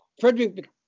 Frederick